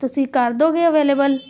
ਤੁਸੀਂ ਕਰ ਦੇਵੋਗੇ ਅਵੇਲੇਬਲ